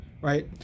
right